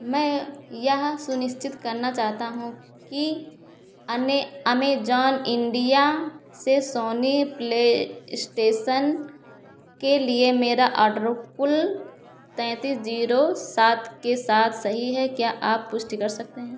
मैं यह सुनिश्चित करना चाहता हूँ कि अने अमेज़ॉन इंडिया से सोनी प्लेईस्टेसन के लिए मेरा ऑर्डरो कुल तैतीस जीरो सात के साथ सही है क्या आप पुष्टि कर सकते हैं